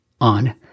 on